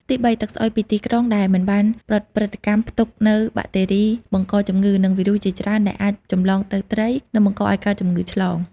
ទីបី ទឹកស្អុយពីទីក្រុងដែលមិនបានប្រព្រឹត្តកម្ម ផ្ទុកនូវបាក់តេរីបង្កជំងឺ និងវីរុសជាច្រើន ដែលអាចចម្លងទៅត្រី និងបង្កឱ្យកើតជំងឺឆ្លង។